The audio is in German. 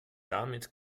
damit